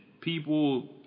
people